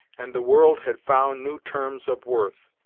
and the world had found new terms of worth.